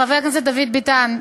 חבר הכנסת דוד ביטן,